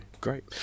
great